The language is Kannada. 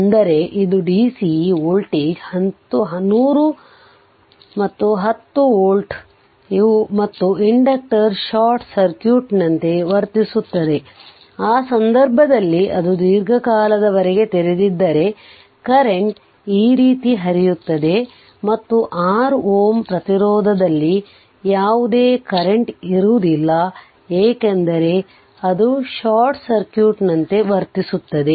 ಅಂದರೆ ಇದು DC V 100 10 V ಮತ್ತು ಇಂಡಕ್ಟರ್ ಶಾರ್ಟ್ ಸರ್ಕ್ಯೂಟ್ನಂತೆ ವರ್ತಿಸುತ್ತದೆ ಆ ಸಂದರ್ಭದಲ್ಲಿ ಅದು ದೀರ್ಘಕಾಲದವರೆಗೆ ತೆರೆದಿದ್ದರೆ ಕರೆಂಟ್ ಈ ರೀತಿ ಹರಿಯುತ್ತದೆ ಮತ್ತು 6 Ω ಪ್ರತಿರೋಧದಲ್ಲಿ ಯಾವುದೇ ಕರೆಂಟ್ ಇರುವುದಿಲ್ಲ ಏಕೆಂದರೆ ಅದು ಷಾರ್ಟ್ ಸರ್ಕ್ಯೂಟ್ ನಂತೆ ವರ್ತಿಸುತ್ತದೆ